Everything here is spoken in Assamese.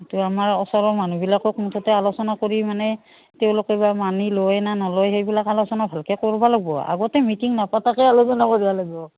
তো আমাৰ ওচৰৰ মানুহবিলাকক মুঠতে আলোচনা কৰি মানে তেওঁলোকে বা মানি লয় নে নলয় সেইবিলাক আলোচনা ভালকৈ কৰিব লাগিব আগতে মিটিং নাপাতাকৈ আলোচনা কৰিব লাগিব